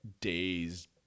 days